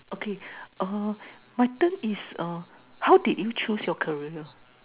okay err my turn is uh how did you choose your career